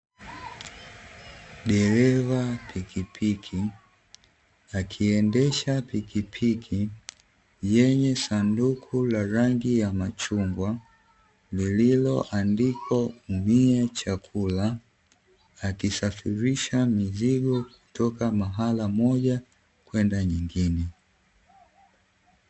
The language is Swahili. Dereva pikipiki akiendesha pikipiki; yenye sanduku la rangi ya machungwa; lililoandikwa (Umia chakula), akisafirisha mizigo kutoka mahala pamoja kwenda pengine.